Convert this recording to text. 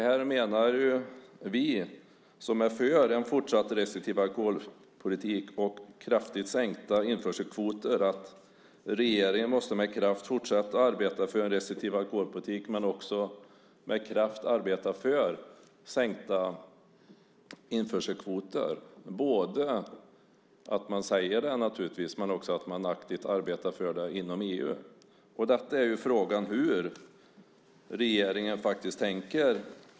Här menar vi som är för en fortsatt restriktiv alkoholpolitik och kraftigt sänkta införselkvoter att regeringen med kraft måste fortsätta att arbeta för en restriktiv alkoholpolitik. Men man måste också med kraft arbeta för sänkta införselkvoter. Det handlar naturligtvis om att man säger det men också om att man aktivt arbetar för det inom EU. Frågan är ju faktiskt hur regeringen tänker.